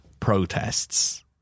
Protests